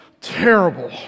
terrible